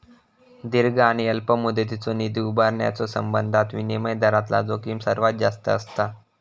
दीर्घ आणि अल्प मुदतीचो निधी उभारण्याच्यो संबंधात विनिमय दरातला जोखीम सर्वात जास्त असता